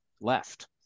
left